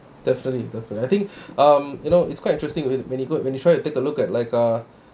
definitely definitely I think um you know it's quite interesting when it's good when you try to take a look at like uh